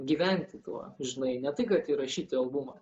gyventi tuo žinai ne tai kad įrašyti albumą